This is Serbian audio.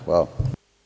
Hvala.